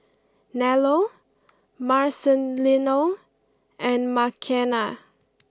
Nello Marcelino and Makena